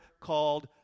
called